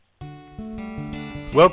Welcome